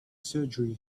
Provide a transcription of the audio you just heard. surgery